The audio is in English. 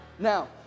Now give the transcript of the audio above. Now